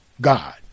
God